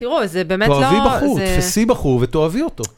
תראו, זה באמת לא... תאהבי בחור, תפסי בחור ותאהבי אותו.